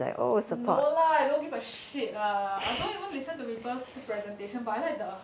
no lah I don't give a shit lah don't even listen to people's presentation but I like the